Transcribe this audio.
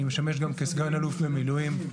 אני משמש גם כסגן אלוף במילואים,